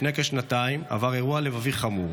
לפני כשנתיים עבר אירוע לבבי חמור,